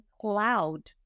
cloud